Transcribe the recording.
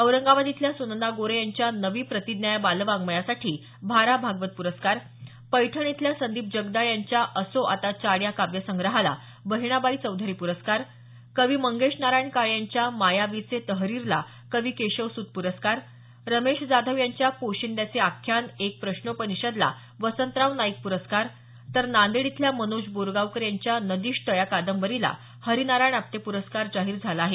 औरंगाबाद इथल्या सुनंदा गोरे यांच्या नवी प्रतिज्ञा या बालवांङमयासाठी भा रा भागवत पुरस्कार पैठण इथल्या संदीप जगदाळे यांच्या असो आता चाड या काव्यसंग्रहाला बहीणाबाई चौधरी प्रस्कार कवी मंगेश नारायण काळे यांच्या मायावीचे तहरीरला कवी केशवस्त प्रस्कार रमेश जाधव यांच्या पोशिंद्याचे आख्यानः एक प्रश्नोपनिषदला वसंतराव नाईक प्रस्कार तर नांदेड इथल्या मनोज बोरगावकर यांच्या नदीष्ट या कादंबरीला हरी नारायण आपटे पुरस्कार जाहीर झाला आहे